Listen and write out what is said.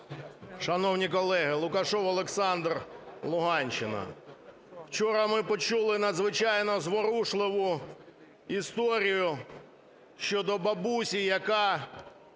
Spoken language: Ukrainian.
Шановні колеги! Лукашев Олександр, Луганщина. Вчора ми почули надзвичайно зворушливу історію щодо бабусі, яка